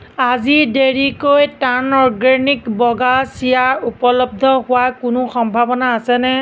আজি দেৰিকৈ টাৰ্ণ অৰ্গেনিক বগা চিয়া উপলব্ধ হোৱাৰ কোনো সম্ভাৱনা আছেনে